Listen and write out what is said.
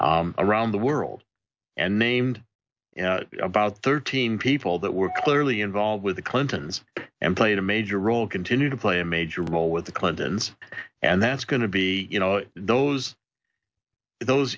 abuses around the world and named about thirteen people that were clearly involved with the clintons and played a major role continue to play a major role with the clintons and that's going to be you know those those